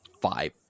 five